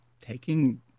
taking